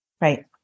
right